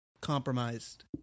compromised